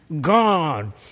God